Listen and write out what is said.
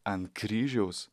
ant kryžiaus